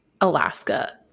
Alaska